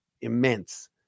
immense